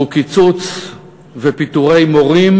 הוא קיצוץ ופיטורי מורים,